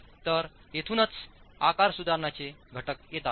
तर येथूनच आकार सुधारण्याचे घटक येतात